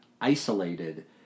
isolated